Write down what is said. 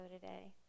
today